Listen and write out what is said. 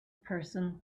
person